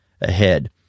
ahead